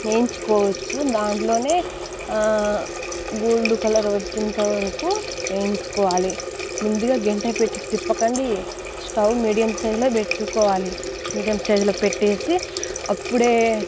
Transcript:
వేయించుకోవచ్చు దాంట్లోనే gold colour వచ్చేంతటి వరకు వేయించుకోవాలి ముందుగా గరిటె పెట్టి తిప్పకండి స్టవ్ మీడియం సైజులో పెట్టుకోవాలి మీడియం సైజులో పెట్టేసి అప్పుడే